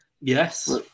Yes